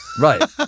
right